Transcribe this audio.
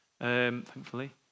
thankfully